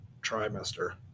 trimester